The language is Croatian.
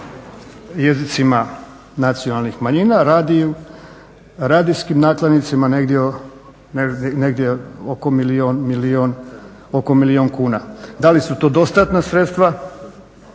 jezicima nacionalnih manjina, radiju, radijskim nakladnicima negdje oko milijun kuna. Da li su to dostatna sredstva,